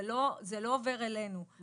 זה לא עובר אלינו.